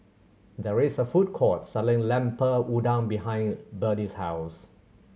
there is a food court selling Lemper Udang behind Byrdie's house